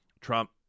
Trump